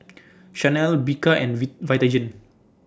Chanel Bika and V Vitagen